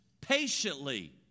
patiently